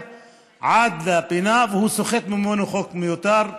עד הפינה וסוחטת סוחט ממנו חוק מיותר.